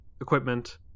equipment